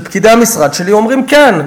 פקידי המשרד שלי אומרים "כן",